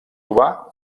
urbà